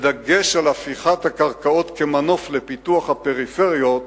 בדגש על הפיכת הקרקעות למנוף לפיתוח הפריפריות,